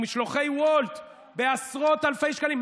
ומשלוחי וולט בעשרות אלפי שקלים,